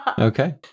Okay